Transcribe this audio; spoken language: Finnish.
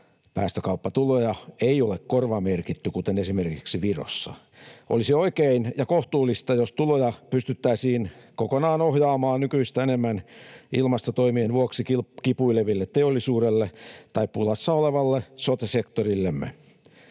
päästökauppatuloja ei ole korvamerkitty kuten esimerkiksi Virossa. Olisi oikein ja kohtuullista, jos tuloja pystyttäisiin kokonaan ohjaamaan nykyistä enemmän ilmastotoimien vuoksi kipuilevalle teollisuudelle tai pulassa olevalle sote-sektorillemme.